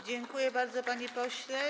Dziękuję bardzo, panie pośle.